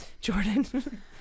jordan